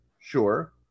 sure